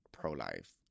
pro-life